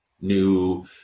new